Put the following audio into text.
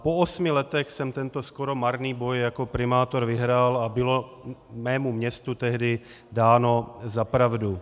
Po osmi letech jsem tento skoro marný boj jako primátor vyhrál a bylo mému městu tehdy dáno za pravdu.